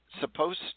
supposed